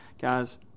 guys